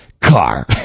car